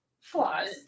Flaws